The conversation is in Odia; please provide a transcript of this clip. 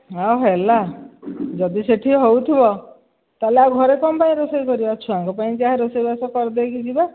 ହଁ ହେଲା ଯଦି ସେଠି ହେଉଥିବ ତା'ହେଲେ ଆଉ ଘରେ କ'ଣ ପାଇଁ ରୋଷେଇ କରିବା ଛୁଆଙ୍କ ପାଇଁ ଯାହା ରୋଷେଇବାସ କରିଦେଇକି ଯିବା